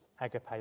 agape